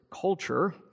culture